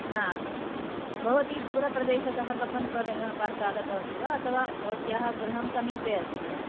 न आगच्छति भवति दूरप्रदेशतः कब्बन्पार्क् आगतवती वा अथवा भवत्याः गृहं समीपे अस्ति वा